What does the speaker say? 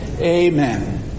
amen